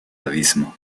abismo